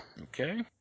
Okay